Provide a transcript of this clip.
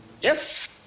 Yes